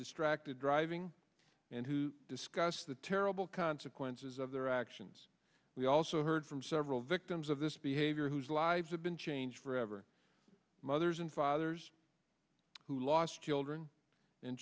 distracted driving and who discuss the terrible consequences of their actions we also heard from several victims of this behavior whose lives have been changed forever mothers and fathers who lost children and